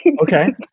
Okay